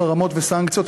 חרמות וסנקציות,